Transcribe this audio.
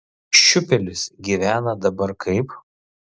šiupelis gyvena dabar kaip